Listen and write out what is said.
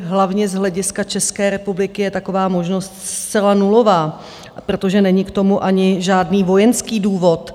Hlavně z hlediska České republiky je taková možnost zcela nulová, protože není k tomu ani žádný vojenský důvod.